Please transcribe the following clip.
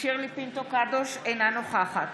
שירלי פינטו קדוש, אינה נוכחת